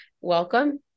welcome